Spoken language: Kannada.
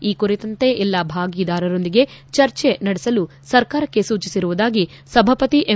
ಈ ಕುರಿತಂತೆ ಎಲ್ಲ ಭಾಗಿದಾರರೊಂದಿಗೆ ಚರ್ಚೆ ನಡೆಸಲು ಸರ್ಕಾರಕ್ಷೆ ಸೂಚಿಸುವುದಾಗಿ ಸಭಾಪತಿ ಎಂ